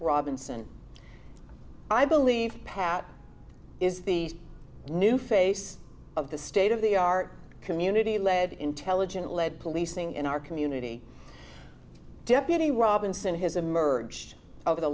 robinson i believe pat is the new face of the state of the art community led intelligent led policing in our community deputy robinson his emerge over the